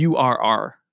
URR